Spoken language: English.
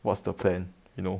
what's the plan you know